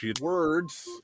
Words